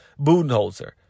Budenholzer